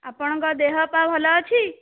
ଆପଣଙ୍କ ଦେହ ପା' ଭଲ ଅଛି